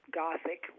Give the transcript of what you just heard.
gothic